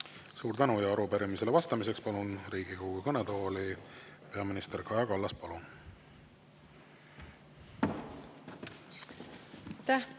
Suur tänu! Arupärimisele vastamiseks palun Riigikogu kõnetooli peaminister Kaja Kallase. Palun!